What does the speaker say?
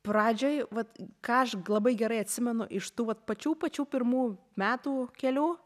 pradžioj vat ką aš labai gerai atsimenu iš tų vat pačių pačių pirmų metų kelių